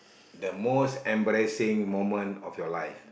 the most embarrassing moment of your life